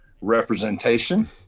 representation